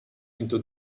into